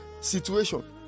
situation